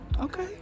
okay